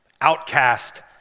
outcast